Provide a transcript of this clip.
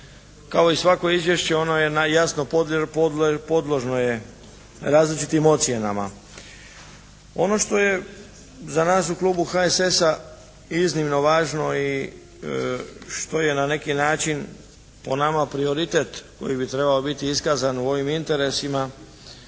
Kao i svako izvješće ono je na jasno podložno je različitim ocjenama. Ono što je za nas u klubu HSS-a iznimno važno i što je na neki način po nama prioritet koji bi trebao biti iskazan u ovim interesima,